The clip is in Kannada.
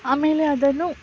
ಆಮೇಲೆ ಅದನ್ನು